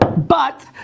but,